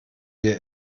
wir